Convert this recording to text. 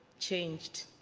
changed.